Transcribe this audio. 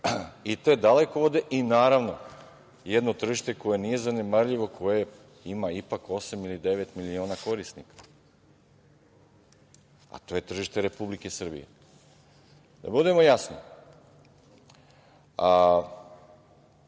te dalekovode i naravno jedno tržište koje nije zanemarljivo, koje ima ipak osam ili devet miliona korisnika, a to je tržište Republike Srbije. Da budemo jasni.